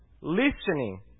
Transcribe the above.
listening